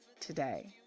today